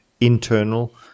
internal